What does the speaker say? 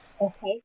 Okay